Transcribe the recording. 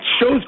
shows